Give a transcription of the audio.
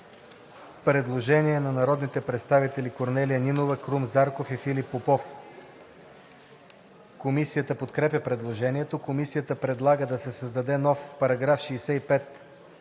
Предложение на народните представители Корнелия Нинова, Крум Зарков и Филип Попов. Комисията подкрепя предложението. Комисията предлага да се създаде нов § 65: „§ 65.